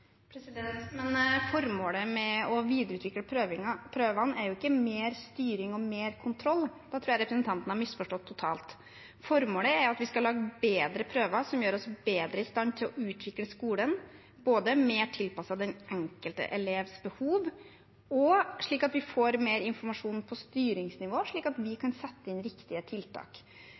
Formålet med å videreutvikle prøvene er ikke mer styring og mer kontroll. Da tror jeg representanten har misforstått totalt. Formålet er at vi skal lage bedre prøver som gjør oss bedre i stand til å utvikle skolen, både mer tilpasset den enkelte elevs behov og slik at vi får mer informasjon på styringsnivå, slik at vi kan sette inn viktige tiltak.